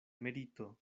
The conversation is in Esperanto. merito